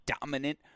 dominant